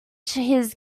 his